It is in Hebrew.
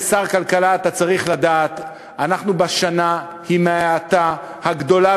כשר הכלכלה אתה צריך לדעת: אנחנו בשנה עם ההאטה הגדולה